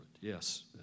Yes